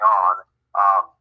on